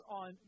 on